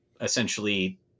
essentially